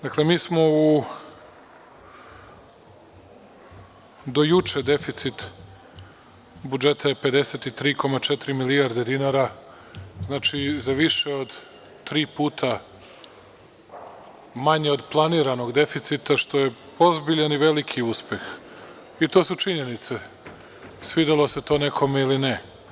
Dakle, do juče deficit budžeta je 53,4 milijarde dinara, znači, za više od tri puta manje od planiranog deficita, što je ozbiljan i veliki uspeh i to su činjenice, svidelo se to nekome ili ne.